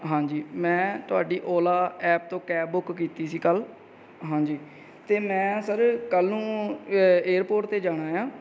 ਹਾਂਜੀ ਮੈਂ ਤੁਹਾਡੀ ਓਲਾ ਐਪ ਤੋਂ ਕੈਬ ਬੁੱਕ ਕੀਤੀ ਸੀ ਕੱਲ੍ਹ ਹਾਂਜੀ ਅਤੇ ਮੈਂ ਸਰ ਕੱਲ੍ਹ ਨੂੰ ਏ ਏਅਰਪੋਰਟ 'ਤੇ ਜਾਣਾ ਆ